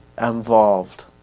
involved